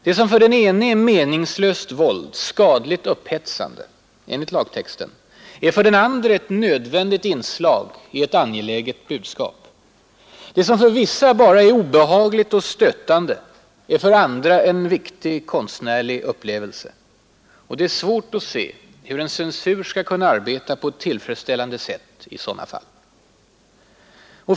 Det som för den ene är meningslöst våld, ”skadligt upphetsande”, är för den andre ett nödvändigt inslag i ett angeläget budskap. Det som för vissa bara är obehagligt och stötande är för andra en viktig konstnärlig upplevelse. Det är svårt att se hur en censur skall kunna arbeta på ett tillfredsställande sätt i sådana fall.